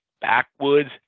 Backwoods